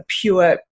pure